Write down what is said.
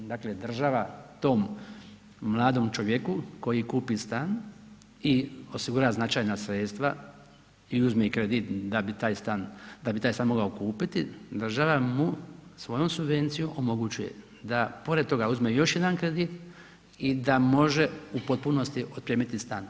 Dakle, država tom mladom čovjeku koji kupi stan i osigura značajna sredstva i uzme kredit da bi taj stan mogao kupiti, država mu svojom subvencijom omogućuje da pored toga uzme još jedan kredit i da može u potpunosti otpremiti stan.